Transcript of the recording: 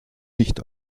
nicht